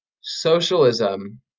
Socialism